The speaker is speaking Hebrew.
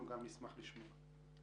נשמח לשמוע גם על כך.